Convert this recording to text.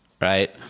Right